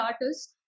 artists